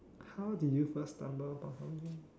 how do you first stumble upon something